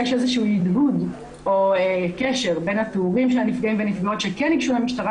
יש איזשהו קשר בין התיאורים של הנפגעים והנפגעות שכן ניגשו למשטרה,